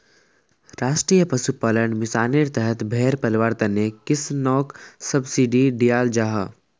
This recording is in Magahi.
राष्ट्रीय पशुपालन मिशानेर तहत भेड़ पलवार तने किस्सनोक सब्सिडी दियाल जाहा